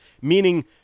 Meaning